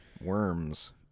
worms